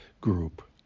group